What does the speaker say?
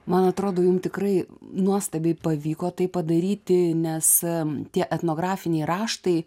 man atrodo jum tikrai nuostabiai pavyko tai padaryti nes em tie etnografiniai raštai